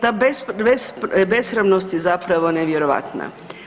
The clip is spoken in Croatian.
Ta besramnost je zapravo nevjerojatna.